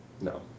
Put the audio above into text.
No